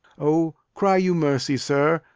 o, cry you mercy, sir.